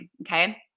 Okay